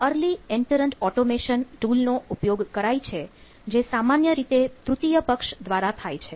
early entrant automation tool નો ઉપયોગ કરાય છે જે સામાન્ય રીતે તૃતીય પક્ષ દ્વારા થાય છે